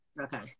Okay